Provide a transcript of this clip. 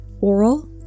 oral